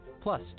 plus